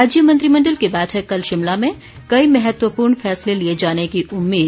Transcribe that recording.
राज्य मंत्रिमंडल की बैठक कल शिमला में कई महत्वपूर्ण फैसले लिए जाने की उम्मीद